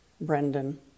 Brendan